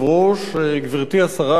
תודה רבה לך, גברתי השרה, עמיתי חברי הכנסת,